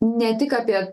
ne tik apie